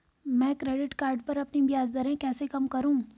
मैं credit card पर अपनी ब्याज दरें कैसे कम करूँ?